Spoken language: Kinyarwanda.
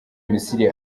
misiri